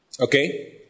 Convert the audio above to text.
Okay